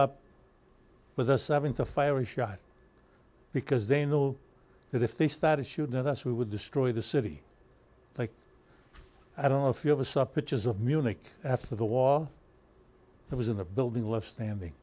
shot because they know that if they started shooting at us we would destroy the city like i don't know if you have a sub pictures of munich after the war it was in a building left standing